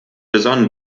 besonnen